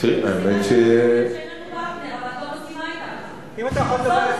היא מתכוונת בהתאם להסכם החדש בין ה"חמאס" לבין ה"פתח".